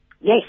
Yes